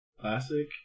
Classic